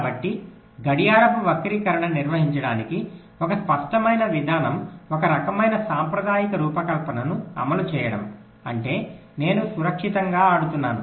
కాబట్టి గడియారపు వక్రీకరణను నిర్వహించడానికి ఒక స్పష్టమైన విధానం ఒక రకమైన సాంప్రదాయిక రూపకల్పనను అమలు చేయడం అంటే నేను సురక్షితంగా ఆడుతున్నాను